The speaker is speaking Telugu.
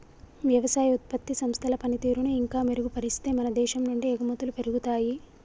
వ్యవసాయ ఉత్పత్తి సంస్థల పనితీరును ఇంకా మెరుగుపరిస్తే మన దేశం నుండి ఎగుమతులు పెరుగుతాయి